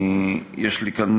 יש לי כאן,